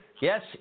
Yes